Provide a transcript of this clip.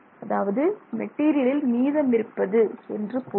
அதாவது மெட்டீரியலில் மீதமிருப்பது என்று பொருள்